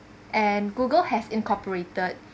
and Google has incorporated